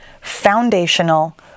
foundational